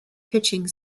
pitching